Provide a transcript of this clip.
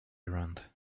around